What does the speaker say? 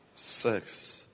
Six